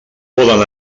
poden